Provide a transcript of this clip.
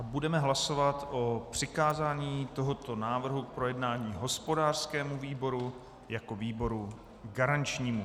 Budeme hlasovat o přikázání tohoto návrhu k projednání hospodářskému výboru jako výboru garančnímu.